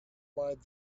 might